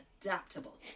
adaptable